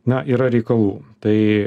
na yra reikalų tai